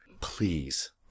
Please